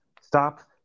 Stop